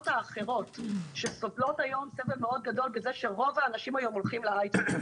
האחרות שסובלות היום סבל מאוד גדול מזה שרוב האנשים היום הולכים להייטק.